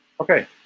Okay